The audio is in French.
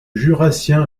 jurassien